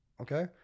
Okay